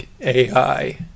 ai